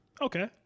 Okay